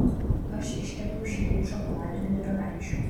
aš iškepiau šįryt šokoladinių pyragaičių